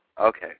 Okay